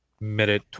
minute